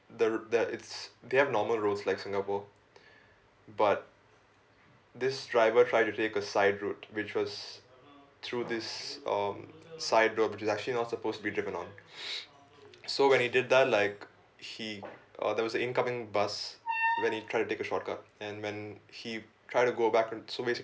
the r~ that is they have normal roads like singapore but this driver tried to take a side road which was through this um side road which is actually not supposed to be driven on so when he did that like he uh there was a incoming bus when he tried to take a shortcut and when he try to go back and so basically